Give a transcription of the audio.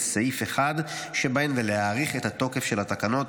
סעיף 1 שבהן ולהאריך את התוקף של התקנות